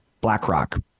BlackRock